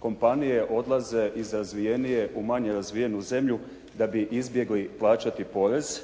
kompanije odlaze iz razvijenije u manje razvijenu zemlju da bi izbjegli plaćati porez.